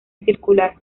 circular